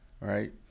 right